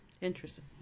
Interesting